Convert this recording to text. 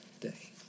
day